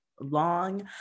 long